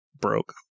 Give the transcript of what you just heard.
broke